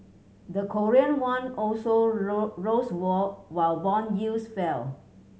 the Korean won also rose all while bond yields fell